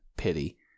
pity